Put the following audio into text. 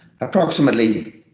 Approximately